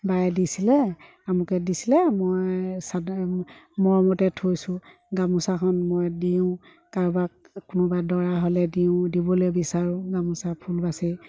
বায়ে দিছিলে আমুকে দিছিলে মই চাদৰ মৰমতে থৈছোঁ গামোচাখন মই দিওঁ কাৰোবাক কোনোবা দৰা হ'লে দিওঁ দিবলৈ বিচাৰোঁ গামোচা ফুল বাচি